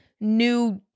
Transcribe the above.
new